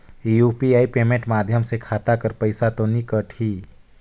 UPI payment माध्यम से खाता कर पइसा तो नी कटही?